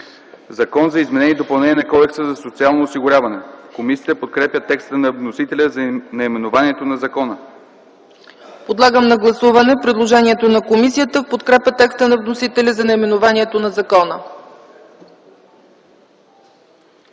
„Закон за изменение и допълнение на Кодекса за социално осигуряване.” Комисията подкрепя текста на вносителя за наименованието на закона. ПРЕДСЕДАТЕЛ ЦЕЦКА ЦАЧЕВА: Подлагам на гласуване предложението на комисията в подкрепа текста на вносителя за наименованието на закона.